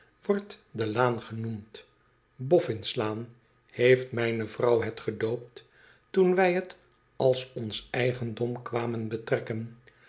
wordt de laan genoemd bofns laan heeft mijne vrouw het gedoopt toen wij het als ons eigendom kwamen betrekken